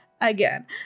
Again